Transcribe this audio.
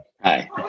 Hi